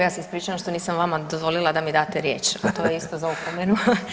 Ja se ispričavam što nisam vama dozvolila da mi date riječ, to je isto za opomenu.